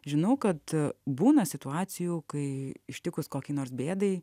žinau kad būna situacijų kai ištikus kokiai nors bėdai